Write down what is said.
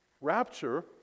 Rapture